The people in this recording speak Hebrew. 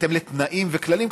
בהתאם לתנאים וכללים,